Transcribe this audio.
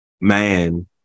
man